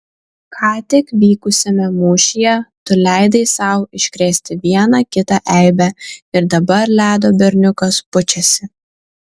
ką tik vykusiame mūšyje tu leidai sau iškrėsti vieną kitą eibę ir dabar ledo berniukas pučiasi